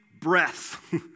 breath